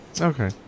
Okay